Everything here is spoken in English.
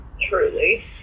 Truly